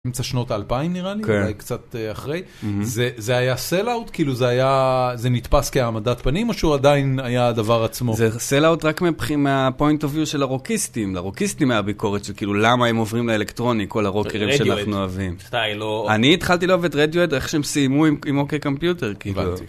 אמצע שנות אלפיים נראה לי, אולי קצת אחרי. זה היה סיילאוט, כאילו זה היה, זה נתפס כהעמדת פנים או שהוא עדיין היה הדבר עצמו? זה סיילאוט רק מהפוינט אוויר של הרוקיסטים, לרוקיסטים מהביקורת של כאילו למה הם עוברים לאלקטרוניק או לרוקרים שאנחנו אוהבים. סטייל, לא... אני התחלתי לא אוהב את רדיוהד, איך שהם סיימו עם אוקיי קמפיוטר, כאילו...